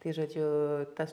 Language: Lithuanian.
tai žodžiu tas